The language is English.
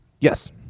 Yes